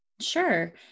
Sure